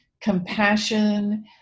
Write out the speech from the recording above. compassion